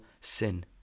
sin